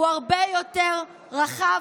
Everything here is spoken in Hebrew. הוא הרבה יותר רחב,